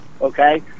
okay